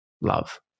love